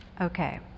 Okay